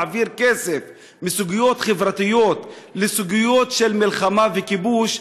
להעביר כסף מסוגיות חברתיות לסוגיות של מלחמה וכיבוש,